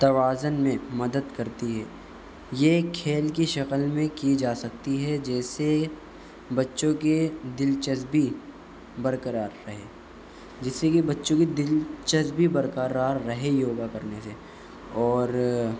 توازن میں مدد کرتی ہے یہ ایک کھیل کی شکل میں کی جا سکتی ہے جیسے بچّوں کے دلچسبپی برقرار رہے جس سے کہ بچّوں کی دلچسبی برقرار رہے یوگا کرنے سے اور